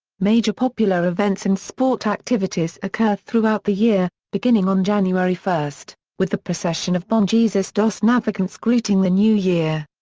major popular events and sport activities occur throughout the year, beginning on january one, with the procession of bom jesus dos navegantes greeting the new year.